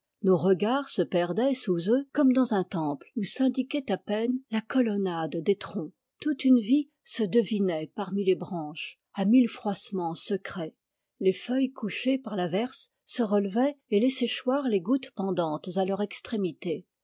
nos regards se perdaient sous eux comme dans un temple où s'indiquait à peine la colonnade des troncs toute une vie se devinait parmi les branches à mille froissements secrets les feuilles couchées par l'averse se relevaient et laissaient choir les gouttes pendantes à leur extrémité